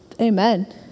Amen